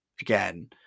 again